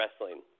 wrestling